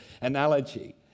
analogy